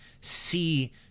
see